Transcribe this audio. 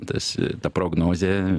tas ta prognozė